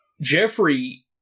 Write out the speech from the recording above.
Jeffrey